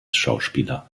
schauspieler